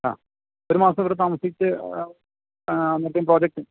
ആ ഒരു മാസം ഇവിടെ താമസിച്ച് മറ്റും പ്രൊജക്റ്റ്